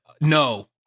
no